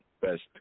best